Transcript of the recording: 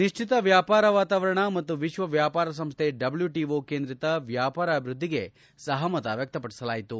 ನಿಶ್ಚಿತ ವ್ಯಾಪಾರ ವಾತಾವರಣ ಮತ್ತು ವಿಶ್ವ ವ್ಯಾಪಾರ ಸಂಸ್ಥೆ ಡಬ್ಲೂ ಟಿಒ ಕೇಂದ್ರಿತ ವ್ಯಾಪಾರ ಅಭಿವೃದ್ದಿಗೆ ಸಹಮತ ವ್ಯಕ್ತಪಡಿಸಲಾಯಿತು